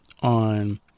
on